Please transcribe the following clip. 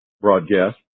broadcast